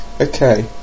Okay